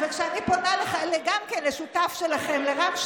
זה מה שאתה הולך לסכם עם השותפים שלך משמאל?